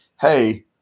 Hey